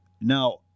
now